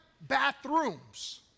bathrooms